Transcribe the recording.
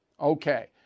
Okay